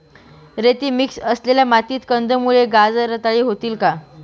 रेती मिक्स असलेल्या मातीत कंदमुळे, गाजर रताळी होतील का?